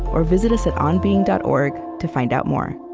or visit us at onbeing dot org to find out more